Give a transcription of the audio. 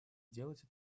сделать